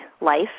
life